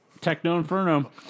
Techno-inferno